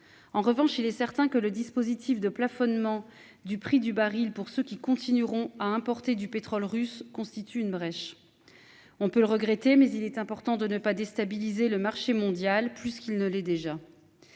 En revanche, il est certain que le dispositif de plafonnement du prix du baril pour ceux qui continueront à importer du pétrole russe constitue une brèche. On peut le regretter, mais il est important de ne pas déstabiliser le marché mondial, plus qu'il ne l'est déjà.